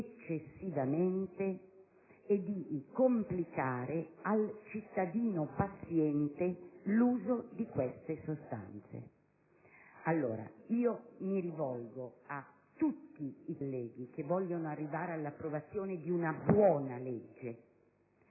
eccessivamente e di complicare per il cittadino paziente l'uso di tali sostanze. Mi rivolgo a tutti i colleghi che vogliono arrivare all'approvazione di una buona legge.